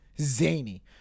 zany